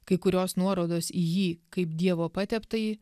kai kurios nuorodos į jį kaip dievo pateptąjį